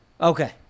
Okay